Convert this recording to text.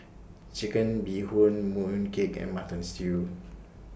Chicken Bee Hoon Mooncake and Mutton Stew